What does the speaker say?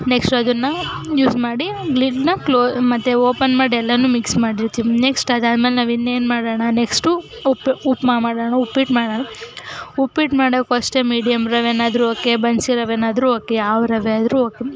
next ಅದನ್ನು use ಮಾಡಿ ಲಿಡ್ಡನ್ನ ಕ್ಲೋ ಮತ್ತು ಓಪನ್ ಮಾಡಿ ಎಲ್ಲನೂ ಮಿಕ್ಸ್ ಮಾಡಿರ್ತೀನಿ ನೆಕ್ಸ್ಟು ಅದಾದಮೇಲೆ ನಾವು ಇನ್ನೇನು ಮಾಡೋಣ ನೆಕ್ಸ್ಟು ಉಪ್ಪು ಉಪ್ಮಾ ಮಾಡೋಣ ಉಪ್ಪಿಟ್ಟು ಮಾಡೋಣ ಉಪ್ಪಿಟ್ಟು ಮಾಡೋಕ್ಕೂ ಅಷ್ಟೇ ಮೀಡಿಯಮ್ ರವೆಯಾದ್ರೂ ಓಕೆ ಬನ್ಸಿ ರವೆಯಾದ್ರೂ ಓಕೆ ಯಾವ ರವೆಯಾದ್ರೂ ಓಕೆ